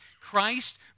Christ